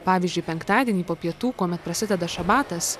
pavyzdžiui penktadienį po pietų kuomet prasideda šabatas